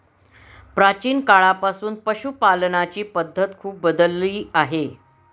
प्राचीन काळापासून पशुपालनाची पद्धत खूप बदलली आहे